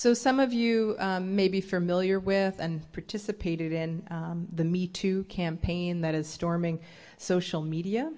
so some of you may be familiar with and participated in the me two campaign that is storming social media